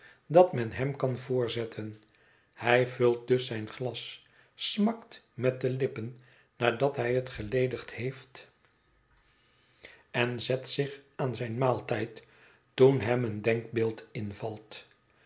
dat men hem kan voorzetten hij vult dus zijn glas smakt met de lippen nadat hij het geledigd heeft en zet zich aan zijn maaltijd toen hem een denkbeeld invalt